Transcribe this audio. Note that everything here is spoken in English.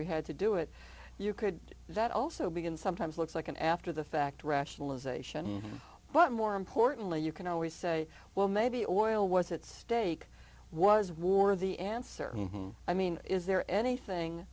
we had to do it you could do that also begin sometimes looks like an after the fact rationalization but more importantly you can always say well maybe oil was at stake was war the answer i mean is there anything